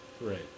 right